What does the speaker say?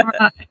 Right